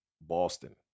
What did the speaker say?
Boston